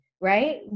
right